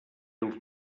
els